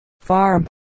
farm